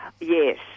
Yes